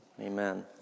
amen